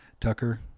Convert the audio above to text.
Tucker